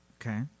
Okay